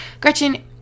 Gretchen